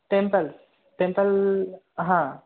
temple temple हा